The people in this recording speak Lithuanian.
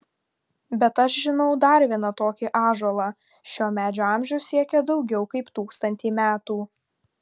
bet aš žinau dar vieną tokį ąžuolą šio medžio amžius siekia daugiau kaip tūkstantį metų